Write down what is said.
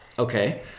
Okay